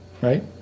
right